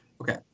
Okay